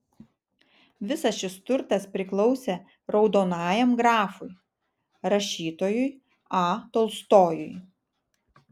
visas šis turtas priklausė raudonajam grafui rašytojui a tolstojui